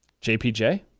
JPJ